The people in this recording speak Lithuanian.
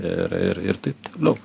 ir ir ir taip toliau